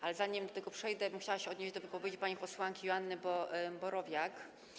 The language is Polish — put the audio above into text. Ale zanim do tego przejdę, chciałabym się odnieść do wypowiedzi pani posłanki Joanny Borowiak.